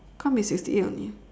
can't be sixty eight only